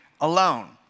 alone